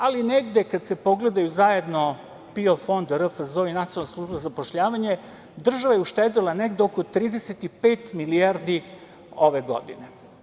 Ali, negde kad se pogledaju zajedno PIO fond, RFZO i Nacionalna služba za zapošljavanje, država je uštedela negde oko 35 milijardi ove godine.